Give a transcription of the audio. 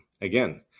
again